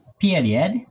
period